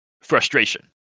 frustration